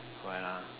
what ah